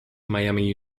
miami